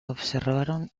observaron